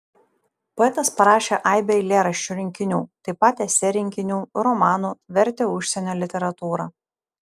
poetas parašė aibę eilėraščių rinkinių taip pat esė rinkinių romanų vertė užsienio literatūrą